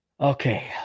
Okay